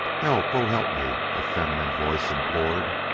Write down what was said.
help! oh, help me! a feminine voice implored.